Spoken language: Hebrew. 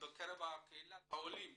בקרב קהילת העולים